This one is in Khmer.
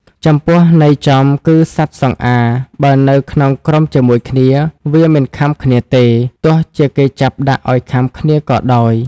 ចំពោះ ន័យចំគឺសត្វសង្អារ បើនៅក្នុងក្រុមជាមួយគ្នា វាមិនខាំគ្នាទេ ទោះជាគេចាប់ដាក់ឲ្យខាំគ្នាក៏ដោយ ។